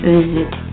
Visit